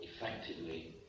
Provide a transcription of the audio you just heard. effectively